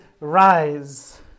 rise